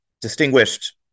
distinguished